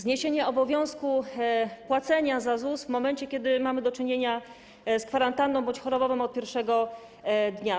Zniesienie obowiązku płacenia na ZUS w momencie, kiedy mamy do czynienia z kwarantanną bądź chorobowym, od pierwszego dnia.